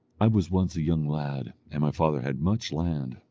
i was once a young lad, and my father had much land,